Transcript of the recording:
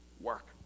work